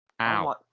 ow